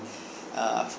uh